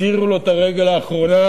הסירו לו את הרגל האחרונה,